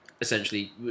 Essentially